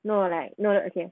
no like no okay